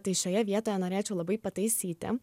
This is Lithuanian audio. tai šioje vietoje norėčiau labai pataisyti